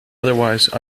otherwise